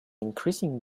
increasing